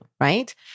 right